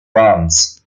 bronze